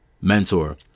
mentor